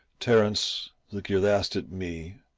terence, look your last at me,